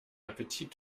appetit